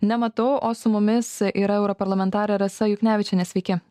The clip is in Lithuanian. nematau o su mumis yra europarlamentarė rasa juknevičienė sveiki